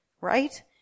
right